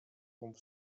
tombe